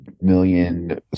million